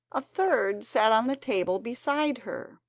a third sat on the table beside her,